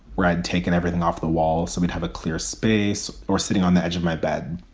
where i'd taken everything off the wall so we'd have a clear space or sitting on the edge of my bed.